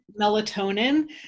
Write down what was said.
melatonin